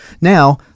now